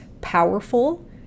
powerful